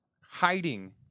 hiding